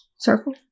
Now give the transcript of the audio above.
Circle